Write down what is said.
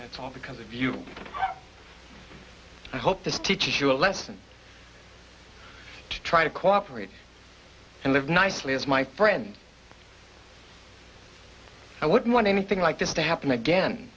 it's all because of you i hope this teaches you a lesson to try to cooperate and live nicely as my friend i wouldn't want anything like this to happen again